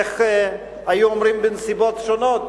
איך היו אומרים בנסיבות שונות,